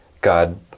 God